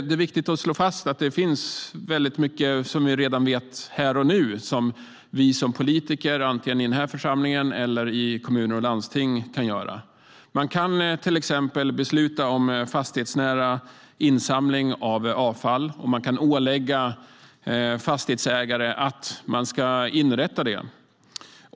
Det är viktigt att slå fast att det redan här och nu finns mycket som vi som politiker i denna församling eller i kommuner och landsting kan göra. Man kan till exempel besluta om fastighetsnära insamlingar av avfall, och man kan ålägga fastighetsägare att inrätta det.